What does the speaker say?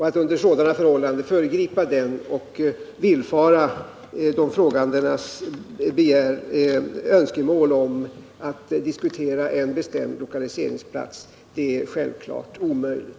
Att under sådana förhållanden föregripa ställningstagandet och villfara frågeställarnas önskemål om att diskutera en bestämd lokaliseringsplats är självfallet omöjligt.